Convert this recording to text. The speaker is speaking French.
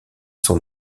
son